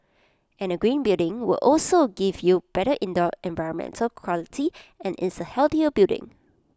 and A green building will also give you better indoor environmental quality and is A healthier building